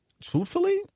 truthfully